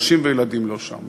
נשים וילדים לא שם.